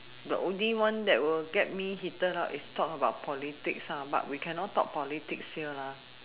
but only one that will get me heated up is talk about politics but we cannot talk politics here